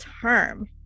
term